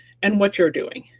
and what you're doing,